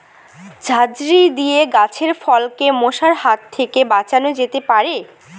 ঝাঁঝরি দিয়ে গাছের ফলকে মশার হাত থেকে বাঁচানো যেতে পারে?